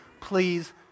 please